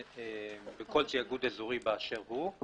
בכל תיאגוד אזורי באשר הוא?